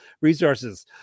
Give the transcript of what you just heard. resources